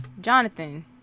Jonathan